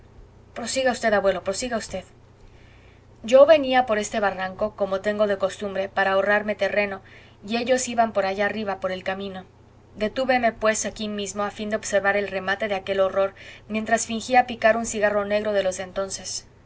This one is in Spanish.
prosiga v abuelo prosiga v yo venía por este barranco como tengo de costumbre para ahorrarme terreno y ellos iban por allá arriba por el camino detúveme pues aquí mismo a fin de observar el remate de aquel horror mientras fingía picar un cigarro negro de los de entonces